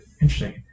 Interesting